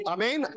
Amen